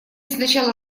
сначала